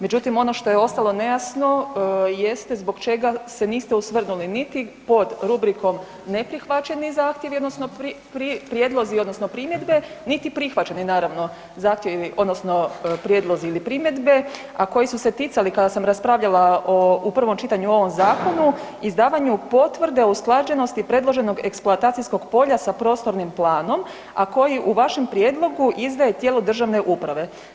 Međutim, ono što je ostalo nejasno jeste zbog čega se niste osvrnuli niti pod rubrikom neprihvaćeni zahtjevi odnosno prijedlozi odnosno primjedbe niti prihvaćeni zahtjevi odnosno prijedlozi ili primjedbe, a koji su se ticali kada sam raspravljala u prvom čitanju o ovom zakonu izdavanju potvrde o usklađenosti predloženog eksploatacijskog polja sa prostornim planom, a koji u vašem prijedlogu izdaje tijelo državne uprave.